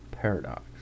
paradox